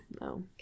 No